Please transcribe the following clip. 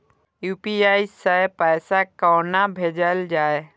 UPI सै पैसा कोना भैजल जाय?